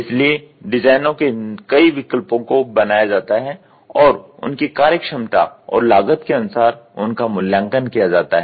इसलिए डिज़ाइनों के कई विकल्पों को बनाया जाता है और उनकी कार्य क्षमता और लागत के अनुसार उनका मूल्यांकन किया जाता है